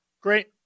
great